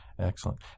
Excellent